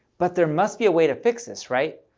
but there must be a way to fix this, right?